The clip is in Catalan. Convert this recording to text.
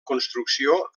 construcció